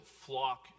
flock